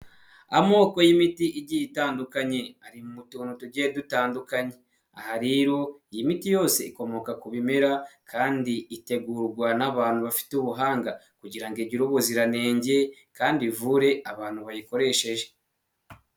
Amoko y'imiti igiye itandukanye ari mu tuntu tugiye dutandukanye, aha rero iyi miti yose ikomoka ku bimera kandi itegurwa n'abantu bafite ubuhanga kugira ngo igire ubuziranenge kandi ivure abantu bayikoresheje.